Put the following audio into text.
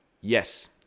yes